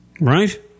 Right